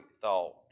thought